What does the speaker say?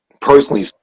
personally